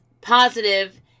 positive